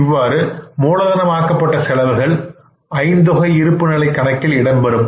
இவ்வாறு மூலதனம் ஆக்கப்பட்ட செலவுகள் ஐந்தொகை இருப்புநிலை கணக்கில் இடம்பெறும்